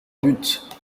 but